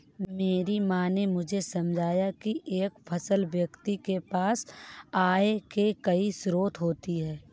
मेरी माँ ने मुझे समझाया की एक सफल व्यक्ति के पास आय के कई स्रोत होते हैं